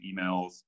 emails